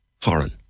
foreign